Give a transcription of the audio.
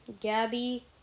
Gabby